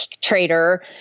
trader